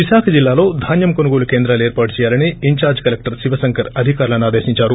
విశాఖ జిల్లాలో ధాన్యం కొనుగోలు కేంద్రాలు ఏర్పాటు చేయాలని ఇన్దార్డ్ కలెక్లర్ శివశంకర్ అధికారులను ఆదేశిందారు